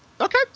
Okay